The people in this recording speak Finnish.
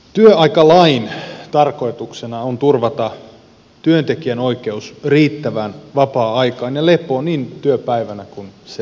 työaikalain tarkoituksena on turvata työntekijän oikeus riittävään vapaa aikaan ja lepoon niin työpäivänä kuin sen jälkeenkin